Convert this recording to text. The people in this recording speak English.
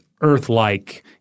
earth-like